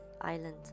Island